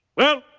well,